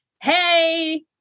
Hey